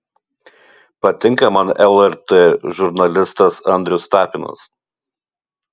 patinka man lrt žurnalistas andrius tapinas